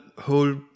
whole